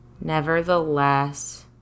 Nevertheless